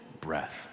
breath